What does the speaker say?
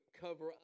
cover